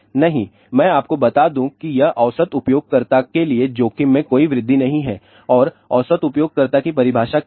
नहीं मैं आपको बता दूं कि यह औसत उपयोगकर्ता के लिए जोखिम में कोई वृद्धि नहीं है और औसत उपयोगकर्ता की परिभाषा क्या है